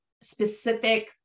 specific